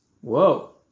Whoa